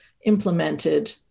implemented